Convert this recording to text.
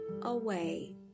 away